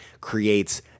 creates